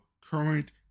current